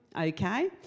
Okay